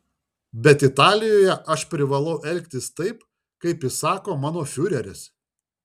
bet italijoje aš privalau elgtis taip kaip įsako mano fiureris